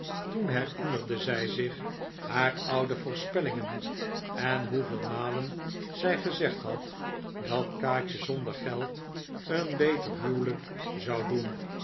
toen herinnerde zij zich haar oude voorspellingen en hoeveel malen zij gezegd had dat kaatje zonder geld een beter huwelijk zou doen